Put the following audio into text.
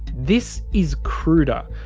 this is cruder,